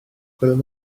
gwelem